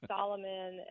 Solomon